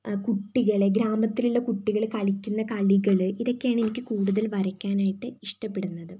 കുട്ടികളെ ഗ്രാമത്തിലുള്ള കുട്ടികൾ കളിക്കുന്ന കളികൾ ഇതൊക്കെയാണ് എനിക്ക് കൂടുതൽ വരയ്ക്കാനായിട്ട് ഇഷ്ടപ്പെടുന്നത്